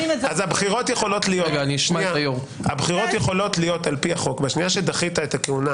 אז הבחירות יכולות להיות על פי החוק משנייה שהארכת את הכהונה